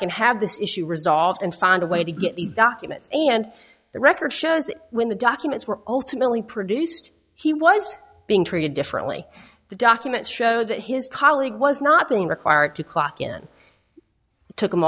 can have this issue resolved and find a way to get these documents and the record shows that when the documents were ultimately produced he was being treated differently the documents show that his colleague was not being required to clock in took